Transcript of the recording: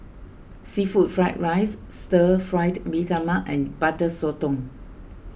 Seafood Fried Rice Stir Fried Mee Tai Mak and Butter Sotong